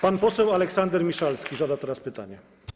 Pan poseł Aleksander Miszalski zada teraz pytanie.